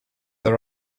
they